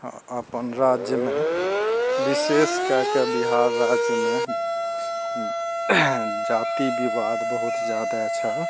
हँ अपन राज्यमे विशेष कए कऽ बिहार राज्यमे जाति विवाद बहुत जादा छल